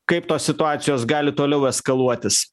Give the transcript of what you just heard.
kaip tos situacijos gali toliau eskaluotas